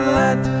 let